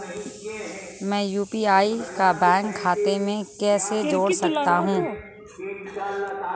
मैं यू.पी.आई को बैंक खाते से कैसे जोड़ सकता हूँ?